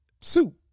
Soup